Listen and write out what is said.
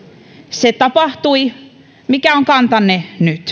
se tapahtui mikä on kantanne nyt